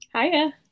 Hiya